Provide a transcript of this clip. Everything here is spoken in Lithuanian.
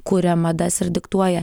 kuria madas ir diktuoja